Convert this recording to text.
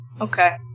Okay